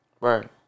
Right